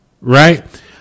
Right